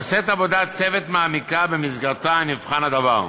נעשית עבודת צוות מעמיקה ובמסגרתה נבחן הדבר.